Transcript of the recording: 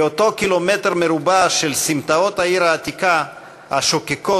היא אותו קילומטר מרובע של סמטאות העיר העתיקה השוקקות,